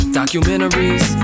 documentaries